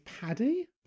Paddy